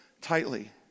tightly